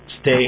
stay